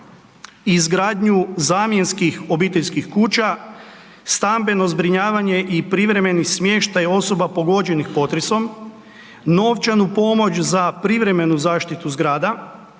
izgradnju zamjenskih obiteljskih kuća, stambeno zbrinjavanje i privremeni smještaj osoba pogođenih potresom, novčanu pomoć za privremenu zaštitu zgrada,